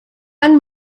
and